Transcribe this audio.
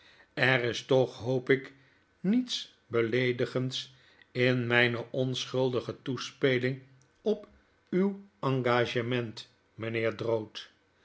er is toch hoop ik niets beleedigends in myne onschuldige toespeling op uw engagement mijnheer